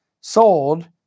sold